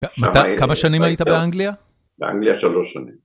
כמה שנים היית באנגליה? באנגליה שלוש שנים.